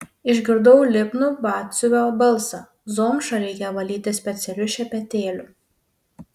išgirdau lipnų batsiuvio balsą zomšą reikia valyti specialiu šepetėliu